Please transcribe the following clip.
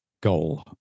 goal